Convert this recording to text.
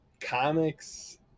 comics